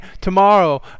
tomorrow